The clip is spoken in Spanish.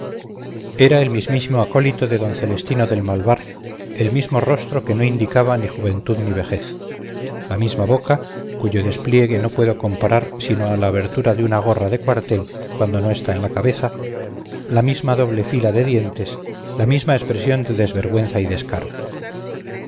era el mismísimo acólito de d celestino del malvar el mismo rostro que no indicaba ni juventud ni vejez la misma boca cuyo despliegue no puedo comparar sino a la abertura de una gorra de cuartel cuando no está en la cabeza la misma doble fila de dientes la misma expresión de desvergüenza y descaro